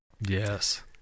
Yes